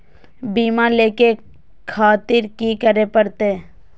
बीमा लेके खातिर की करें परतें?